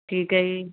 ਠੀਕ ਹੈ ਜੀ